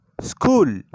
school